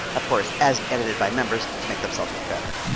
of course. as edited by members to to make themselves look better.